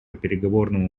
переговорному